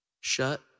Shut